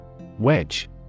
Wedge